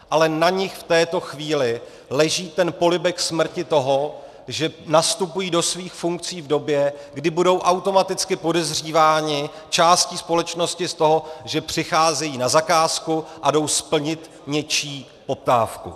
Ale na nich v této chvíli leží ten polibek smrti toho, že nastupují do svých funkcí v době, kdy budou automaticky podezříváni částí společnosti z toho, že přicházejí na zakázku a jsou splnit něčí poptávku.